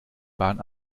bahn